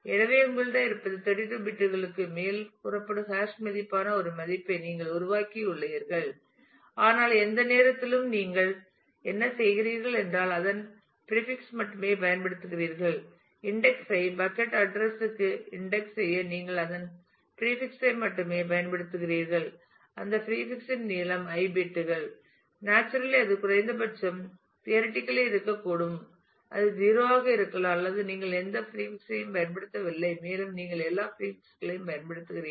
எனவே உங்களிடம் இருப்பது 32 பிட்டுகளுக்கு மேல் கூறப்படும் ஹாஷ் மதிப்பான ஒரு மதிப்பை நீங்கள் உருவாக்கியுள்ளீர்கள் ஆனால் எந்த நேரத்திலும் நீங்கள் என்ன செய்கிறீர்கள் என்றால் அதன் பிரீபிக்ஸ் மட்டுமே பயன்படுத்துகிறீர்கள் இன்டெக்ஸ் ஐ பக்கட் அட்ரஸ் க்கு இன்டெக்ஸ் செய்ய நீங்கள் அதன் பிரீபிக்ஸ் ஐ மட்டுமே பயன்படுத்துகிறீர்கள் அந்த பிரீபிக்ஸ் இன் நீளம் i பிட்கள் நேச்சுரலி அது குறைந்தபட்சம் தியரிட்டிக்கல்லி இருக்கக்கூடும் அது 0 ஆக இருக்கலாம் அதாவது நீங்கள் எந்த பிரீபிக்ஸ் ஐயும் பயன்படுத்தவில்லை மேலும் நீங்கள் எல்லா பிரீபிக்ஸ் களையும் பயன்படுத்துகிறீர்கள்